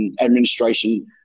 administration